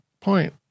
point